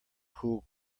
cool